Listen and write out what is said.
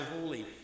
holy